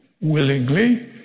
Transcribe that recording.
willingly